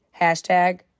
hashtag